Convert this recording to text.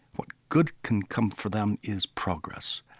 what good can come for them is progress.